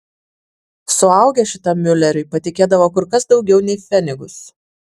suaugę šitam miuleriui patikėdavo kur kas daugiau nei pfenigus